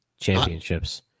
championships